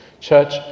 Church